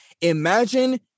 Imagine